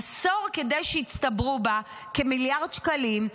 עשור כדי שיצטברו בה כמיליארד שקלים,